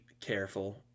careful